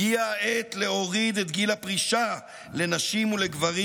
הגיעה העת להוריד את גיל הפרישה לנשים ולגברים